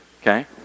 Okay